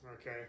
okay